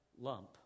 lump